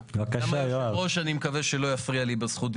או בהתאמה לתוכנית